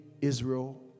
Israel